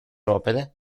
opere